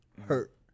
hurt